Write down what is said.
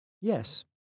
Yes